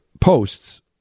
posts